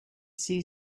see